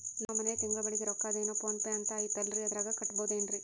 ನಮ್ಮ ಮನೆಯ ತಿಂಗಳ ಬಾಡಿಗೆ ರೊಕ್ಕ ಅದೇನೋ ಪೋನ್ ಪೇ ಅಂತಾ ಐತಲ್ರೇ ಅದರಾಗ ಕಟ್ಟಬಹುದೇನ್ರಿ?